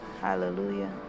Hallelujah